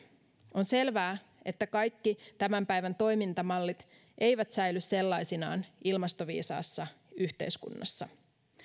on selvää että kaikki tämän päivän toimintamallit eivät säily sellaisinaan ilmastoviisaassa yhteiskunnassa